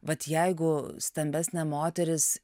vat jeigu stambesnė moteris